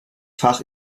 fach